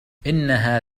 إنها